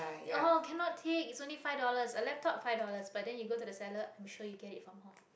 oh cannot take is only five dollars a laptop five dollars but then you go the seller i'm sure you get it for more